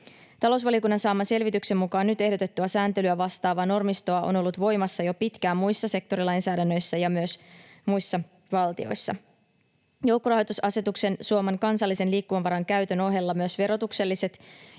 Talousvaliokunnan saaman selvityksen mukaan nyt ehdotettua sääntelyä vastaavaa normistoa on ollut voimassa jo pitkään muissa sektorilainsäädännöissä ja myös muissa valtioissa. Joukkorahoitusasetuksen Suomen kansallisen liikkumavaran käytön ohella myös verotukselliset